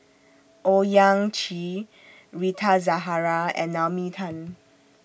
Owyang Chi Rita Zahara and Naomi Tan